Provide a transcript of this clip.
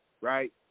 right